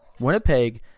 Winnipeg